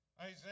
Isaiah